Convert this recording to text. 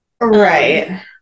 right